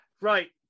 Right